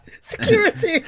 security